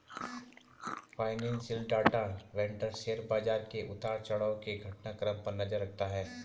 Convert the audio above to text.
financial data vendor share बाजार के उतार चढ़ाव के घटनाक्रम पर नजर रखता है